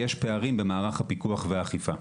יש פערים במערך הפיקוח והאכיפה.